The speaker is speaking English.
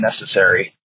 necessary